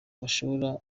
bashoboye